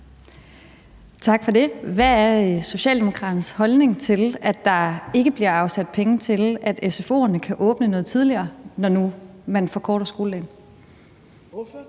Tak for det. Hvad er Socialdemokraternes holdning til, at der ikke bliver afsat penge til, at sfo'erne kan åbne noget tidligere, når nu man afkorter skoledagen?